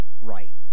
right